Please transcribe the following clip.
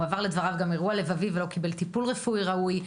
הוא עבר לדבריו גם אירוע לבבי ולא קיבל טיפול רפואי ראוי.